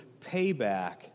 payback